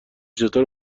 چطور